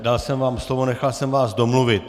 Dal jsem vám slovo, nechal jsem vás domluvit.